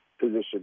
position